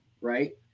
Right